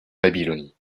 babylonie